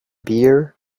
beer